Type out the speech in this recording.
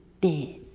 dead